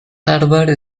harvard